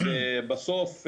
בסוף,